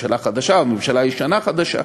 ממשלה חדשה או ממשלה ישנה-חדשה,